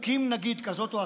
כזאת או אחרת עתידית,